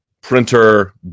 printer